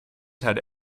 had